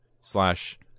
slash